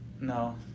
no